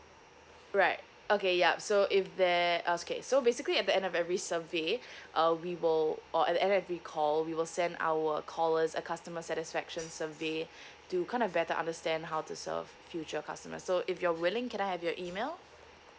right okay yup so if there uh so okay so basically at the end of every survey uh we will or at the end of every call we will send our callers a customer satisfaction survey to kind of better understand how to serve future customer so if you're willing can I have your email